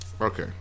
Okay